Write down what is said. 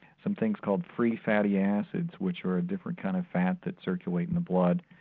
some things called free fatty acids which are a different kind of fat that circulate in the blood.